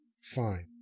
fine